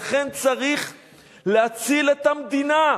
ולכן צריך להציל את המדינה,